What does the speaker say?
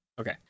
okay